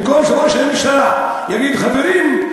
במקום שראש הממשלה יגיד: חברים,